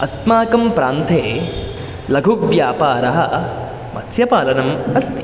अस्माकं प्रान्ते लघुव्यापारः मत्स्यपालनम् अस्ति